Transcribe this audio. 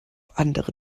andere